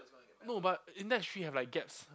no but Index Three have like gaps